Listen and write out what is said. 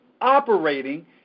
operating